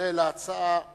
כולל ההצעה הבאה,